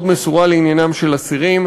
מאוד מסורה לעניינם של אסירים,